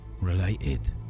related